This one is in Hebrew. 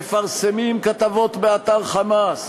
מפרסמים כתבות באתר "חמאס",